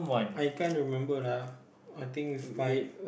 I can't remember lah I think with my